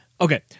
okay